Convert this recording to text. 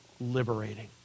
liberating